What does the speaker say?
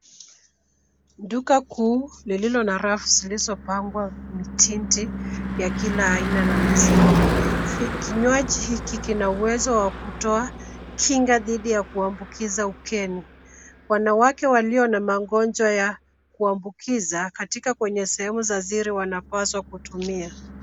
Duka kuu lililo na rafu zilizopangwa mititi ya kila aina na maziwa. Kinywaji hiki kina uwezo wa kutoa kinga dhidi ya kuambukiza ukemi. Wanawake walio na magonjwa ya kuambukiza katika kwenye sehemu za siri wanapaswa kutumia.